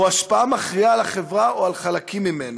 השפעה מכריעה על החברה או על חלקים ממנה.